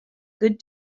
good